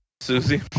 Susie